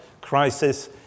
crisis